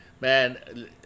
Man